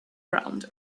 ground